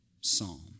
psalm